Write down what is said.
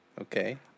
okay